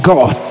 God